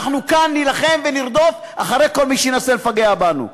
אנחנו כאן נילחם ונרדוף אחרי כל מי שינסה לפגע בנו.